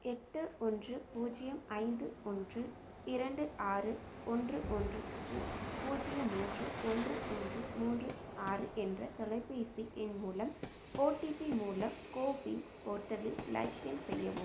எட்டு ஒன்று பூஜ்ஜியம் ஐந்து ஒன்று இரண்டு ஆறு ஒன்று ஒன்று பூஜ்ஜியம் மூன்று ஒன்று ஒன்று மூன்று ஆறு என்ற தொலைபேசி எண் மற்றும் ஓடிபி மூலம் கோவின் போர்ட்டலில் லாக்இன் செய்யவும்